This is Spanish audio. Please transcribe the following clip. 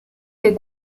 que